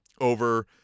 over